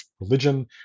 religion